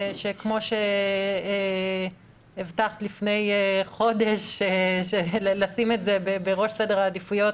שכפי שהבטחת לפני חודש לשים את זה בראש סדר העדיפויות,